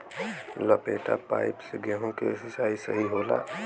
लपेटा पाइप से गेहूँ के सिचाई सही होला?